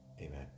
Amen